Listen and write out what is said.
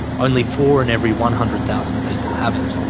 only four in every one hundred thousand people have it.